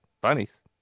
Bunnies